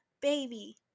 baby